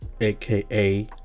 aka